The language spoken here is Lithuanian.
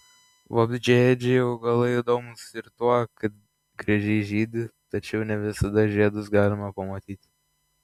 vabzdžiaėdžiai augalai įdomūs ir tuo kad gražiai žydi tačiau ne visada žiedus galima pamatyti